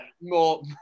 more